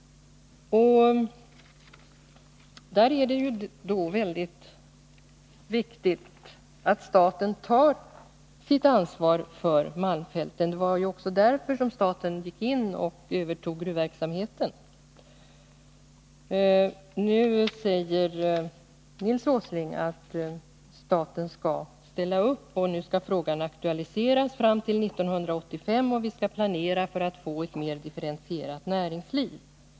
Och då är det väldigt viktigt att staten tar sitt ansvar för malmfälten. Det var också därför som staten gick in och övertog gruvverksamheten. Nu säger Nils Åsling att staten skall ställa upp, att frågan skall aktualiseras fram till 1985 och att vi skall planera för att få ett mer differentierat näringsliv.